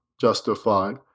justified